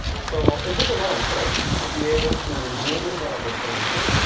so it takes a lot of work to be able to reveal this sort of information.